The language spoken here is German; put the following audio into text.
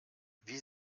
wie